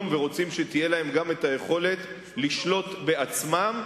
ורוצים שתהיה להם היכולת לשלוט בעצמם,